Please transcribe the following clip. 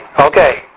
Okay